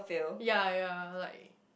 ya ya like